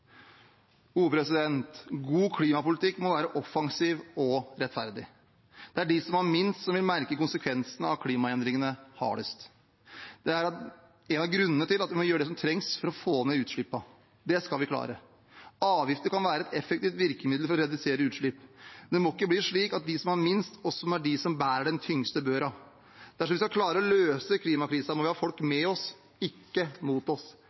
God klimapolitikk må være offensiv og rettferdig. Det er de som har minst, som vil merke konsekvensene av klimaendringene hardest. Det er en av grunnene til at vi må gjøre det som trengs for å få ned utslippene. Det skal vi klare. Avgifter kan være et effektivt virkemiddel for å redusere utslipp. Men det må ikke bli slik at de som har minst, også må være de som bærer den tyngste børa. Dersom vi skal klare å løse klimakrisen, må vi ha folk med oss, ikke mot oss.